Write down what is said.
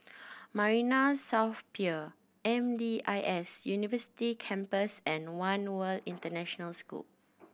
Marina South Pier M D I S University Campus and One World International School